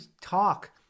talk